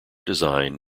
design